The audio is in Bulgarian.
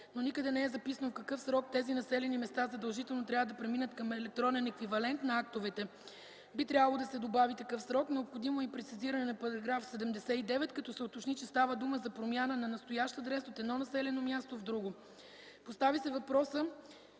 но никъде не е записано в какъв срок тези населени места задължително трябва да преминат към електронен еквивалент на актовете. Би трябвало да се добави такъв срок. Необходимо е и прецизиране на § 79 като се уточни, че става дума за промяна на настоящ адрес от едно населено място в друго. Постави се въпросът